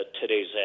today's